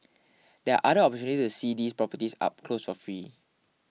there're other opportunities to see these properties up close for free